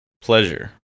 pleasure